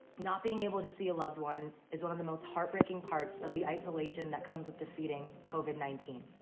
not being able to see a loved one is one of the most heartbreaking parts of the isolation that comes with defeating covid nineteen.